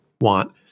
want